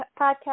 podcast